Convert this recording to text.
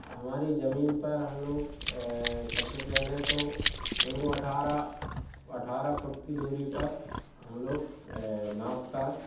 हमारी जमीन पर हम लोग सबसे पहले तो उनको अठारह अठारह फुट की दूरी पर हम लोग नाप कर